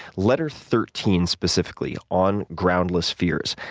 letter thirteen specifically on groundless fears.